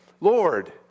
Lord